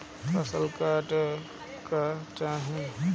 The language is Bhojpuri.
फसल काटेला का चाही?